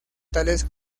tales